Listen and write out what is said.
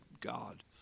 God